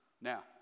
Now